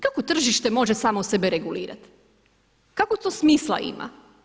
Kako tržište može samo sebe regulirati, kako smisla ima.